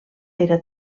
era